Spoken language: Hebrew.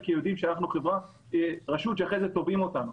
כי יודעים שאנחנו רשות שאחרי זה תובעים אותנו.